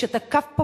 שתקף פה,